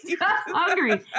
hungry